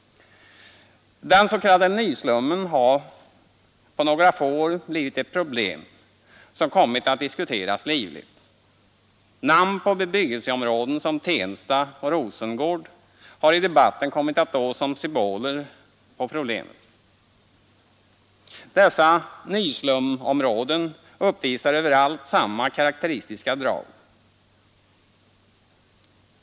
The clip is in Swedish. Den s.k. nyslummen har på några få år blivit ett problem som kommit att diskuteras livligt. Namn på bebyggelseområden som Tensta och Rosengård har i debatten kommit att stå som symboler för problemet. Dessa nyslumområden uppvisar överallt samma karakteristiska drag.